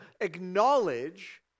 acknowledge